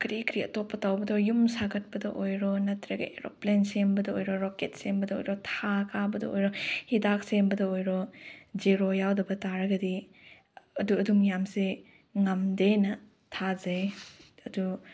ꯀꯔꯤ ꯀꯔꯤ ꯑꯇꯣꯞꯄ ꯇꯧꯕꯗꯣ ꯌꯨꯝ ꯁꯥꯒꯠꯄꯗ ꯑꯣꯏꯔꯣ ꯅꯠꯇ꯭ꯔꯒ ꯑꯦꯔꯣꯄ꯭ꯂꯦꯟ ꯁꯦꯝꯕꯗ ꯑꯣꯏꯔꯣ ꯔꯣꯛꯀꯦꯠ ꯁꯦꯝꯕꯗ ꯑꯣꯏꯔꯣ ꯊꯥ ꯀꯥꯕꯗ ꯑꯣꯏꯔꯣ ꯍꯤꯗꯥꯛ ꯁꯦꯝꯕꯗ ꯑꯣꯏꯔꯣ ꯖꯦꯔꯣ ꯌꯥꯎꯗꯕ ꯇꯥꯔꯒꯗꯤ ꯑꯗꯨ ꯑꯗꯨ ꯃꯌꯥꯝꯁꯦ ꯉꯝꯗꯦꯅ ꯊꯥꯖꯩ ꯑꯗꯨ